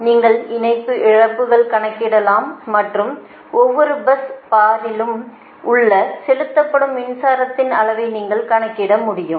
நீங்கள் இணைப்பு இழப்புகளை கணக்கிடலாம் மற்றும் ஒவ்வொரு பஸ் பாரிலும் உள்ள செலுத்தப்படும் மின்சாரத்தின் அளவை நீங்கள் கணக்கிட முடியும்